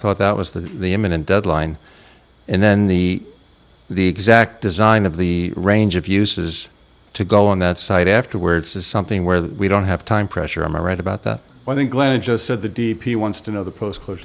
thought that was the imminent deadline and then the the exact design of the range of uses to go on that site afterwards is something where we don't have time pressure i'm right about that i think glenna just said the d p wants to know the post close